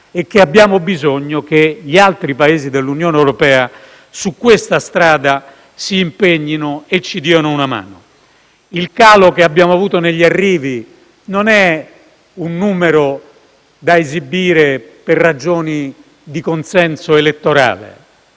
e abbiamo bisogno che gli altri Paesi dell'Unione europea su questa strada si impegnino e ci diano una mano. Il calo che abbiamo avuto negli arrivi non è un numero da esibire per ragioni di consenso elettorale.